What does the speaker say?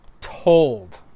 told